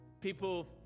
People